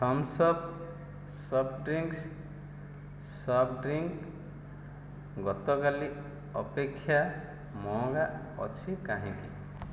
Thums Up soft drinks soft drink ଗତକାଲି ଅପେକ୍ଷା ମହଙ୍ଗା ଅଛି କାହିଁକି